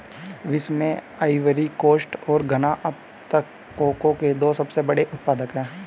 विश्व में Ivory Coast और घना अब तक कोको के दो सबसे बड़े उत्पादक है